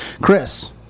Chris